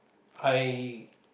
I